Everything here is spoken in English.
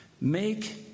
make